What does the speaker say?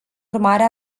urmare